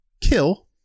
kill